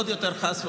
עוד יותר חס וחלילה,